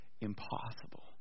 impossible